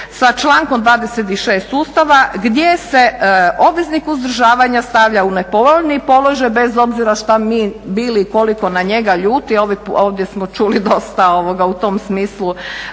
sa člankom 26. Ustava gdje se obveznik uzdržavanja stavlja u nepovoljniji položaj bez obzira što mi bili i koliko na njega ljuti, a ovdje smo čuli dosta u tom smislu